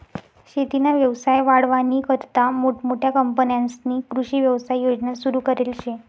शेतीना व्यवसाय वाढावानीकरता मोठमोठ्या कंपन्यांस्नी कृषी व्यवसाय योजना सुरु करेल शे